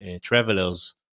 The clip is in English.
travelers